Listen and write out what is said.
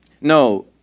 No